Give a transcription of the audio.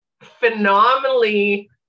phenomenally